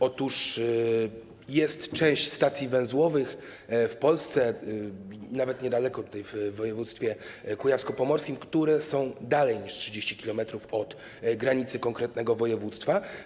Otóż jest część stacji węzłowych w Polsce, nawet niedaleko, w województwie kujawsko-pomorskim, które są dalej niż 30 km od granicy konkretnego województwa.